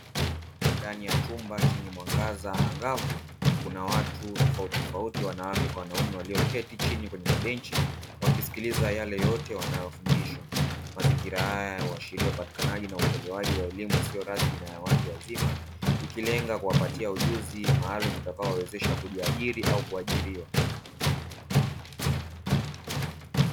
Ndani ya chumba chenye mwangaza angavu kuna watu tofauti tofauti wanawake kwa wanaume walioketi chini kwenye mabenchi wakisikiliza yale yote wanayofundishwa, mazingira haya huashiria upatikanaji na utolewaji wa elimu isiyo rasmi na ya watu wazima ikilenga kuwapatia ujuzi maalumu utakaowawezesha kujiajiri au kuajiriwa.